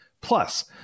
Plus